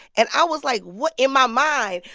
and i was like, what? in my mind.